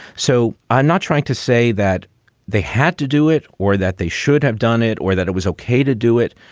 so i'm not trying to say that they had to do it or that they should have done it or that it was okay to do it.